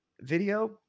video